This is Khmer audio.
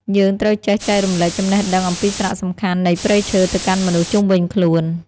យើងត្រូវចេះចែករំលែកចំណេះដឹងអំពីសារៈសំខាន់នៃព្រៃឈើទៅកាន់មនុស្សជុំវិញខ្លួន។